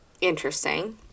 Interesting